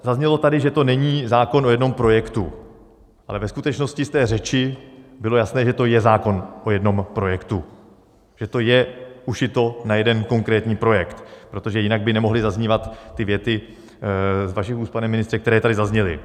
Zaznělo tady, že to není zákon o jednom projektu, ale ve skutečnosti z té řeči bylo jasné, že to je zákon o jednom projektu, že to je ušito na jeden konkrétní projekt, protože jinak by nemohly zaznívat ty věty z vašich úst, pane ministře, které tady zazněly.